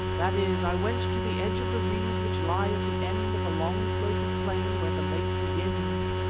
that is, i went to the edge of the reeds which lie at the end of a long slope of plain, where the lake begins.